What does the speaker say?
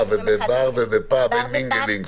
בבר ובפאב אין מינגלינג?